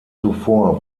zuvor